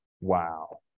Wow